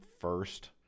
first